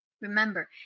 Remember